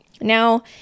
Now